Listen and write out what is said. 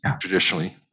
traditionally